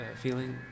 feeling